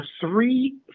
three